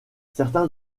certains